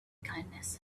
kindness